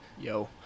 yo